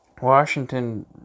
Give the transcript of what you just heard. Washington